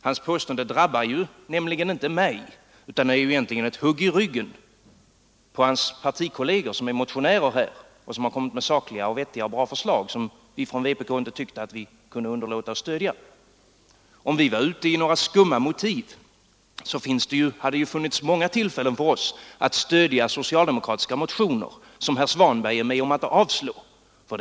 Hans påstående drabbar nämligen inte mig, utan är egentligen ett hugg i ryggen på hans partikolleger som har väckt motionerna och lagt fram sakliga, vettiga och bra förslag, som vi från vpk inte tyckte oss kunna underlåta att stödja. Om vi var ute i några skumma ärenden så skulle det finnas många tillfällen för oss att stödja socialdemokratiska motioner som herr Svanberg är med om att avstyrka.